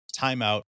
timeout